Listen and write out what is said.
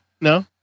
No